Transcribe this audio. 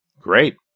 Great